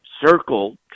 circle